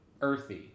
earthy